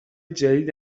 جدید